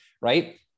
right